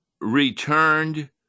returned